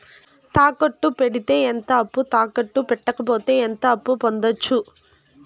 తాకట్టు పెడితే ఎంత అప్పు, తాకట్టు పెట్టకపోతే ఎంత అప్పు పొందొచ్చు?